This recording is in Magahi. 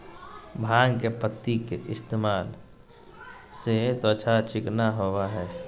भांग के पत्ति के इस्तेमाल से त्वचा चिकना होबय हइ